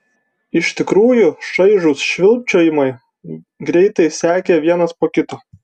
iš tikrųjų šaižūs švilpčiojimai greitai sekė vienas po kito